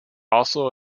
also